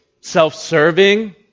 self-serving